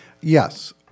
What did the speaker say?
Yes